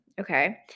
okay